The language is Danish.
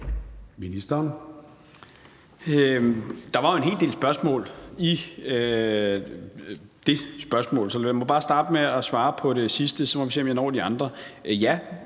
Der var jo en hel del spørgsmål i det spørgsmål, så lad mig bare starte med at svare på det sidste, og så må vi se, om jeg når de andre.